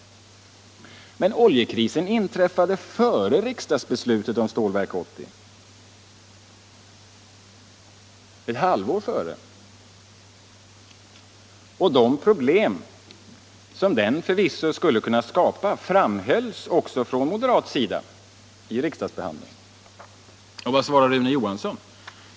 Men oljekrisen inträffade före riksdagsbeslutet om Stålverk 80 — ett halvår tidigare. De problem som oljekrisen förvisso skulle kunna skapa framhölls också från moderat sida vid riksdagsbehandlingen. Vad svarade då Rune Johansson?